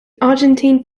argentine